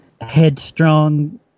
headstrong